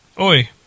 Oi